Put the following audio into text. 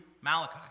Malachi